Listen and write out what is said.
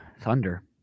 Thunder